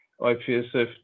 IPSF